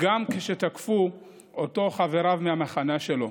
גם כאשר תקפו אותו חבריו מהמחנה שלו.